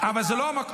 אבל זה לא הנושא.